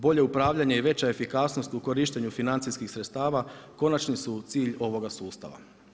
Bolje upravljanje i veća efikasnost u korištenju financijskih sredstava konačni su cilj ovoga sustava.